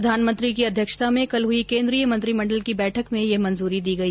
प्रधानमंत्री की अध्यक्षता में कल हुई केंद्रीय मंत्रिमंडल की बैठक में ये मंजूरी दी गई